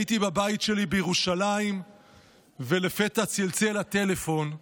הייתי בבית שלי בירושלים ולפתע צלצל הטלפון,